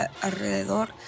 alrededor